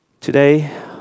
Today